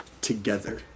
together